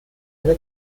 eine